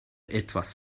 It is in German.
etwas